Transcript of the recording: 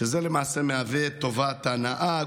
שזה למעשה מהווה טובת הנאה.